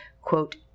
quote